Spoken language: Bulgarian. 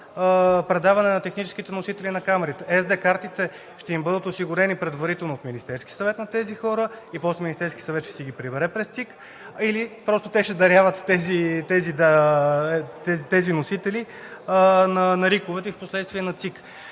предаване на техническите носители на камерите? На тези хора SD картите ще им бъдат осигурени предварително от Министерския съвет и после Министерският съвет ще си ги прибере през ЦИК, или просто те ще даряват тези носители на РИК-овете и впоследствие на ЦИК?